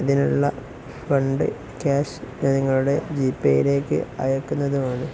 ഇതിനുള്ള fund cash നിങ്ങളുടെ ജിപേയിലേക്ക് അയയ്ക്കുന്നതുമാണ്